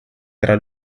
tra